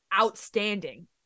outstanding